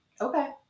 Okay